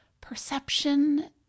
perception